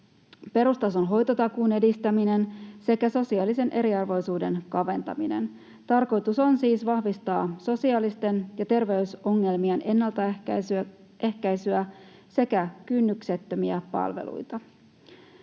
perustason hoitotakuun edistäminen sekä sosiaalisen eriarvoisuuden kaventaminen. Tarkoitus on siis vahvistaa sosiaalisten ja terveysongelmien ennaltaehkäisyä sekä kynnyksettömiä palveluita.